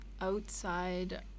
outside